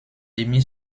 rémy